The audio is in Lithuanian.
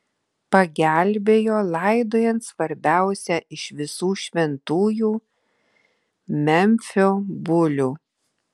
pagelbėjo laidojant svarbiausią iš visų šventųjų memfio bulių